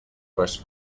res